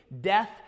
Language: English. Death